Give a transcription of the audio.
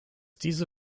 diese